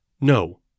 No